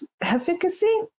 efficacy